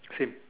same